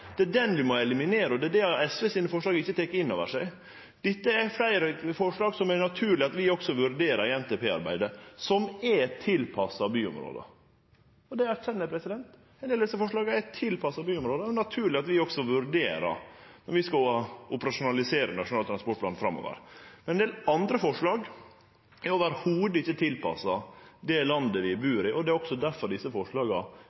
Det er den vi må eliminere, og det er det SVs forslag ikkje tek innover seg. Det er fleire forslag som det er naturleg at vi også vurderer i NTP-arbeidet, som er tilpassa byområda. Det erkjenner eg. Ein del av desse forslaga er tilpassa byområda, og det er naturleg at vi også vurderer dei når vi skal operasjonalisere Nasjonal transportplan framover. Ein del andre forslag er i det heile ikkje tilpassa det landet vi bur i, og det er også difor desse forslaga